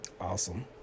awesome